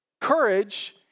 Courage